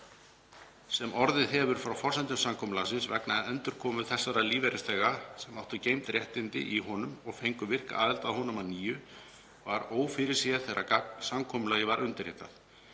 sem orðið hefur frá forsendum samkomulagsins, vegna endurkomu þeirra lífeyrisþega sem áttu geymd réttindi í honum og fengu virka aðild að honum að nýju, var ófyrirséð þegar samkomulagið var undirritað.